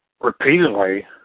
repeatedly